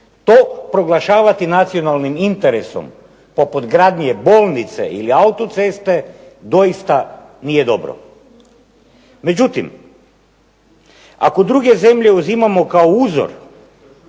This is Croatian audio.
To proglašavati nacionalnim interesom, pa pod gradnje bolnice ili autoceste doista nije dobro. Međutim, ako druge zemlje uzimamo kao uzor